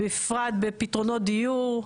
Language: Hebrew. בפרט בפתרונות דיור.